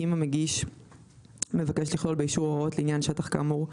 אם המגיש מבקש לכלול באישור הוראות לעניין שטח כאמור,